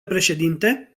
președinte